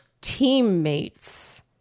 teammates